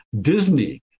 Disney